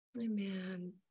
Amen